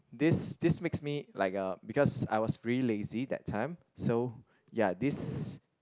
this this makes me like uh because I was really lazy that time so ya this